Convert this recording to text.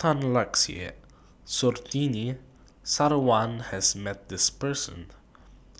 Tan Lark Sye and Surtini Sarwan has Met This Person